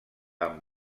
amb